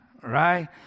right